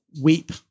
weep